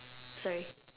sorry